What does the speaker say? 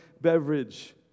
beverage